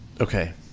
Okay